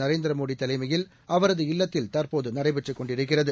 நரேந்திரமோடிதலைமையில் அவரது இல்லத்தில் தற்போதுநடைபெற்றுக் கொண்டிருக்கிறது